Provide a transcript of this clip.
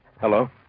Hello